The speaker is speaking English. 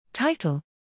Title